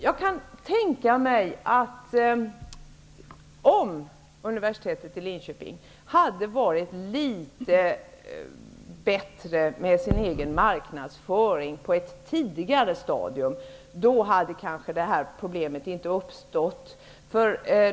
Jag kan tänka mig att om universitetet i Linköping på ett tidigare stadium hade varit bättre med sin marknadsföring, hade det här problemet kanske inte uppstått.